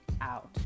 out